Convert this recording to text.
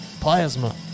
Plasma